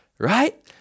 right